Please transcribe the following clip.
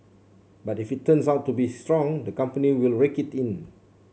but if it turns out to be strong the company will rake it in